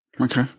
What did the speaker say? Okay